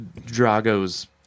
Drago's